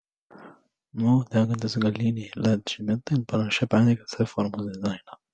nuolat degantys galiniai led žibintai panašiai perteikia c formos dizainą